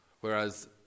whereas